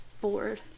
bored